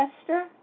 Esther